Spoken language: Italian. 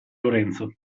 lorenzo